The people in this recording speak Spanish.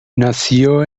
nació